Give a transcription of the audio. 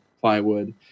plywood